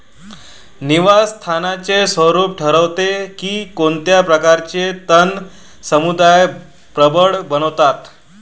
निवास स्थानाचे स्वरूप ठरवते की कोणत्या प्रकारचे तण समुदाय प्रबळ बनतात